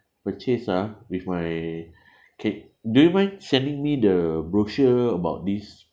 purchase ah with my ca~ do you mind sending me the brochure about this